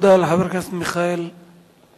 תודה לחבר הכנסת מיכאל בן-ארי.